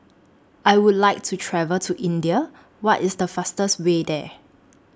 I Would like to travel to India What IS The fastest Way There